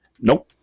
Nope